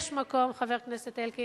יש מקום, חבר הכנסת אלקין,